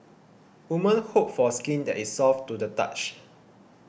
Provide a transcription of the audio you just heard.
women hope for skin that is soft to the touch